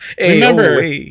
Remember